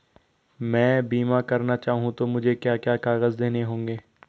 मैं बीमा करना चाहूं तो मुझे क्या क्या कागज़ देने होंगे?